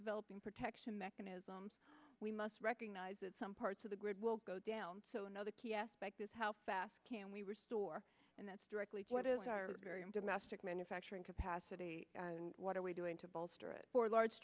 developing protection mechanisms we must recognize that some parts of the grid will go down so another key aspect is how fast can we restore and that's directly what is our very own domestic manufacturing capacity and what are we doing to bolster it or large